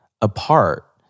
apart